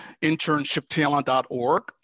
internshiptalent.org